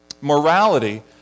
Morality